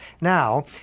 Now